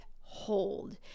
hold